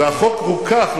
והחוק רוכך,